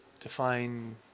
define